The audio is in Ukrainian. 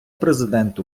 президент